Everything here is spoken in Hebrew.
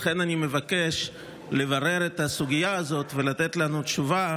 לכן אני מבקש לברר את הסוגיה הזאת ולתת לנו תשובה,